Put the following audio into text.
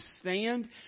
stand